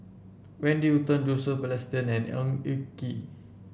Wendy Hutton Joseph Balestier and Ng Eng Kee